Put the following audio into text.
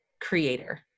creator